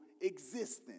existence